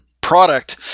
product